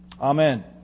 Amen